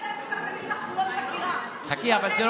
חכי אבל,